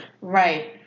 Right